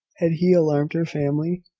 had he alarmed her family?